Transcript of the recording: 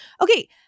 okay